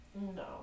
No